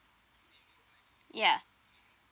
ya